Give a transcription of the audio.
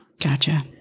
Gotcha